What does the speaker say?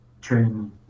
training